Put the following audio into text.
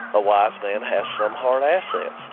a wise man has some hard assets.